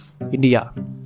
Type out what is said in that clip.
India